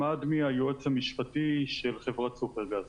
היועץ המשפטי של חברת סופרגז.